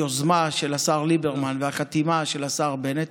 היוזמה של השר ליברמן והחתימה של השר בנט,